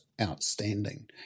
outstanding